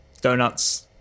donuts